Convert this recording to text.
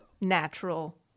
natural